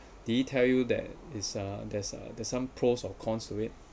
did he tell you that is uh there's uh there's some pros or cons to it